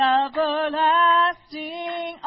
everlasting